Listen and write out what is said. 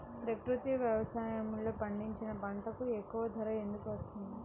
ప్రకృతి వ్యవసాయములో పండించిన పంటలకు ఎక్కువ ధర ఎందుకు వస్తుంది?